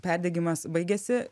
perdegimas baigiasi